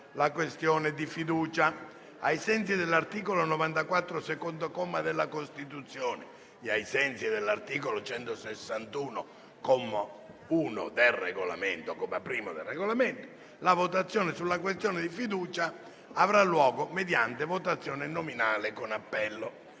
la questione di fiducia. Ricordo che ai sensi dell'articolo 94, secondo comma, della Costituzione e ai sensi dell'articolo 161, comma 1, del Regolamento, la votazione sulla questione di fiducia avrà luogo mediante votazione nominale con appello.